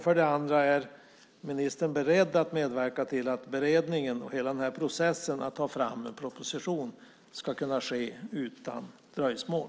För det andra: Är ministern beredd att medverka till att beredningen och hela processen med att ta fram en proposition ska kunna ske utan dröjsmål?